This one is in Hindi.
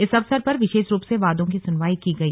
इस अवसर पर विशेष रूप से वादों की सुनवाई की गई